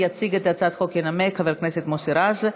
יציג את הצעת החוק וינמק חבר הכנסת מוסי רז.